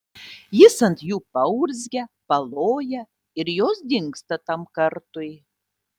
jis ant jų paurzgia paloja ir jos dingsta tam kartui